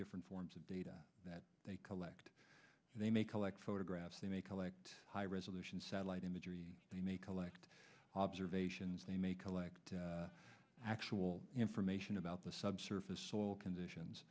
different forms of data that they collect they may collect photographs they may collect high resolution satellite imagery they may collect observations they may collect actual information about the subsurface soil conditions